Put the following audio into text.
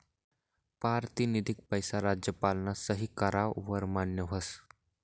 पारतिनिधिक पैसा राज्यपालना सही कराव वर मान्य व्हस